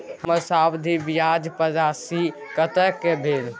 हमर सावधि जमा पर ब्याज राशि कतेक भेल?